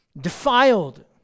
defiled